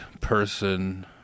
person